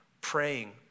praying